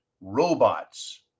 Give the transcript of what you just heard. robots